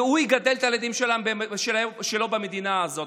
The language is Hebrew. והוא יגדל את הילדים שלו במדינה הזאת.